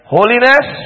Holiness